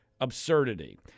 absurdity